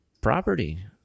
property